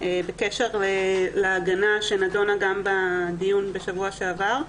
בקשר להגנה שנדונה גם בדיון בשבוע שעבר,